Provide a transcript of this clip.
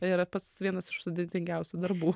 yra pats vienas iš sudėtingiausių darbų